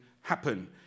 happen